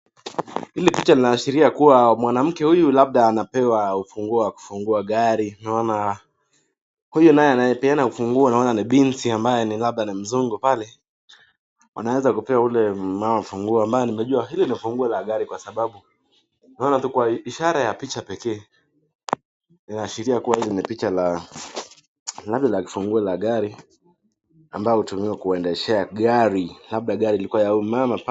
Hili picha inaashiria kuwa mwanamke huyu labda anapewa ufungo wakufungua gari , tunaona huyu naye anayepeana ufunguo ni binti ambaye ni mzungu pale, anaweza kupea ule mama funguo ambaye, nimejua hili ni funguo la gari kwa sababu ishara ya picha pekee, inaashiria kuwa hii ni picha la gari la kifunguo la gari ambayo utumiwa kuendeshea gari, labda gari lilikuwa la huyu mama.